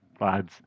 lads